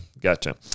gotcha